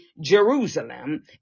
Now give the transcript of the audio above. Jerusalem